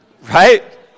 Right